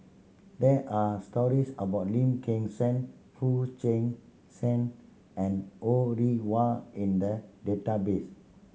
there are stories about Lim Kim San Foo Chee San and Ho Rih Hwa in the database